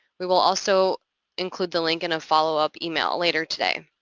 we will also include the link in a follow-up email later today.